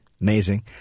Amazing